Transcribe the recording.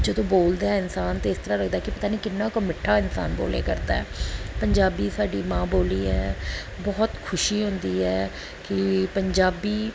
ਜਦੋਂ ਬੋਲਦਾ ਹੈ ਇਨਸਾਨ ਤਾਂ ਇਸ ਤਰ੍ਹਾਂ ਲੱਗਦਾ ਕਿ ਪਤਾ ਨਹੀਂ ਕਿੰਨਾ ਕੁ ਮਿੱਠਾ ਇਨਸਾਨ ਬੋਲਿਆ ਕਰਦਾ ਪੰਜਾਬੀ ਸਾਡੀ ਮਾਂ ਬੋਲੀ ਹੈ ਬਹੁਤ ਖੁਸ਼ੀ ਹੁੰਦੀ ਹੈ ਕਿ ਪੰਜਾਬੀ